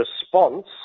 response